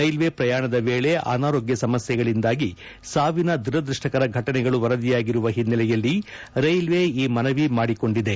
railway ಪ್ರಯಾಣದ ವೇಳೆ ಅನಾರೋಗ್ಯ ಸಮಸ್ಥೆಗಳಿಂದಾಗಿ ಸಾವಿನ ದುರದೃಷ್ವಕರ ಘಟನೆಗಳು ವರದಿಯಾಗಿರುವ ಹಿನ್ನೆಲೆಯಲ್ಲಿ ರೈಲ್ವೆ ಈ ಮನವಿ ಮನವಿ ಮಾಡಿಕೊಂಡಿದೆ